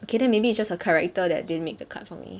okay then maybe it's just her character that didn't make the cut for me